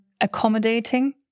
accommodating